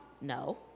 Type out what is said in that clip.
No